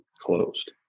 closed